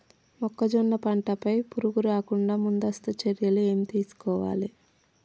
మొక్కజొన్న పంట పై పురుగు రాకుండా ముందస్తు చర్యలు ఏం తీసుకోవాలి?